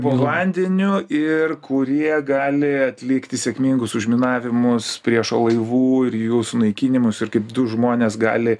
po vandeniu ir kurie gali atlikti sėkmingus užminavimus priešo laivų ir jų sunaikinimus ir kaip du žmonės gali